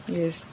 Yes